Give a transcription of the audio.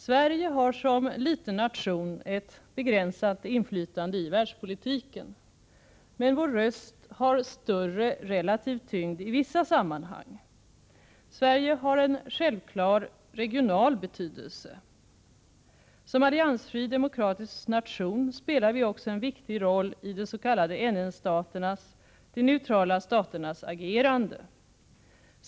Sverige har som liten nation ett begränsat inflytande i världspolitiken. Men vår röst har större relativ tyngd i vissa sammanhang. Sverige har en självklar regional betydelse. Som alliansfri, demokratisk nation spelar vi också en viktig rolli de s.k. NN-staternas, de neutrala staternas, agerande.